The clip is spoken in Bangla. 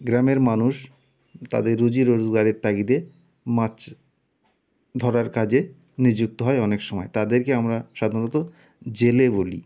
গ্রামের মানুষ তাদের রুজি রোজগারের তাগিদে মাছ ধরার কাজে নিযুক্ত হয় অনেক সময় তাদেরকে আমরা সাধারণত জেলে বলি